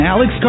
Alex